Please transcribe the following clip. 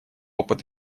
опыт